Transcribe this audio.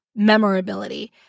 memorability